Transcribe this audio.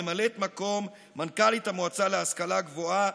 ממלאת מקום מנכ"לית המועצה להשכלה גבוהה,